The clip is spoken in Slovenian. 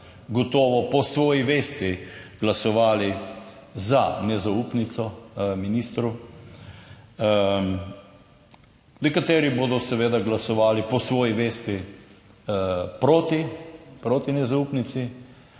gotovo po svoji vesti glasovali za nezaupnico ministru. Nekateri bodo seveda glasovali po svoji vesti, proti, proti nezaupnici,